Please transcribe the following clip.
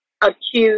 accused